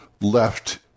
left